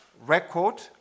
record